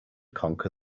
conquer